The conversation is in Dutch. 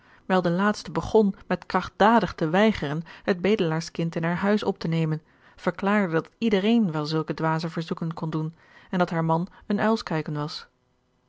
wijl de laatste begon met krachtdadig te weigeren het bedelaarskind in haar huis op te nemen verklaarde dat iedereen wel zulke dwaze verzoeken kon doen en dat haar man een uilskuiken was